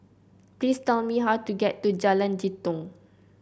please tell me how to get to Jalan Jitong